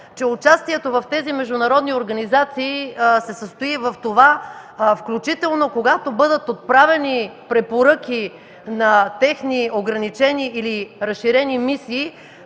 че участието в тези международни организации се състои в това, включително, когато бъдат отправени препоръки на техни ограничени или разширени мисии,